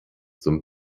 zum